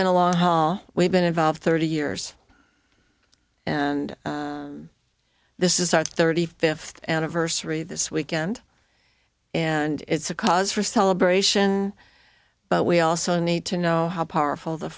been a long haul we've been involved thirty years and this is our thirty fifth anniversary this weekend and it's a cause for celebration but we also need to know how powerful the